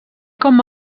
com